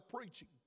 preaching